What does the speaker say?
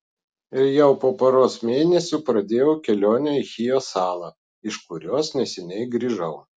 ir jau po poros mėnesių pradėjau kelionę į chijo salą iš kurios neseniai grįžau